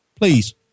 Please